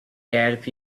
help